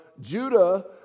Judah